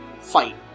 fight